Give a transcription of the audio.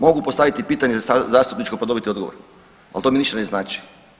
Mogu postaviti pitanje sad zastupničko pa dobiti odgovor al to mi ništa ne znači.